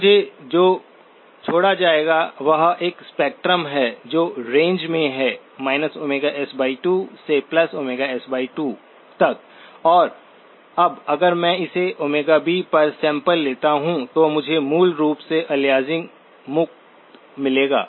तो मुझे जो छोड़ा जाएगा वह एक स्पेक्ट्रम है जो रेंज में है s2 से s2 तक और अब अगर मैं इसे B पर सैंपल लेता हूं तो मुझे मूल रूप से अलियासिंग मुक्त मिलेगा